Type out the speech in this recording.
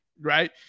right